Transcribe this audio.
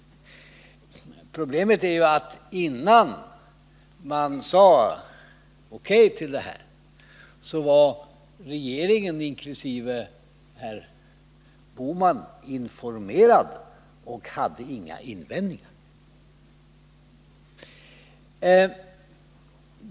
Vad saken gäller är ju att innan parterna sade O. K. till avtalet var regeringen, inkl. herr Bohman, informerad och hade inga invändningar.